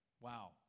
Wow